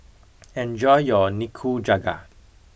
enjoy your Nikujaga